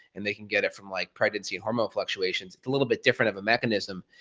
and they can get it from like pregnancy hormone fluctuations. it's a little bit different of a mechanism.